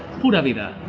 pura vida